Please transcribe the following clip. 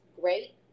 great